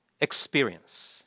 experience